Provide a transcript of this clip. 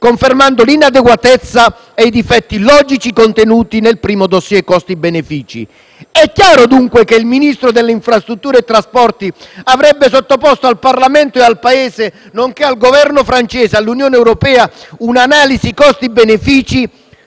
confermando l'inadeguatezza e i difetti logici contenuti nel primo *dossier* costi-benefici. È chiaro dunque che il Ministro delle infrastrutture e dei trasporti avrebbe sottoposto al Parlamento e al Paese, nonché al Governo francese e all'Unione europea, un'analisi costi-benefici